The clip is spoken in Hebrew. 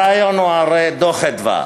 הרעיון הוא הרי דוח "מרכז אדוה",